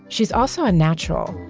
she's also a natural.